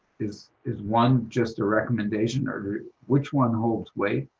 is is one just a recommendation, or which one holds weight?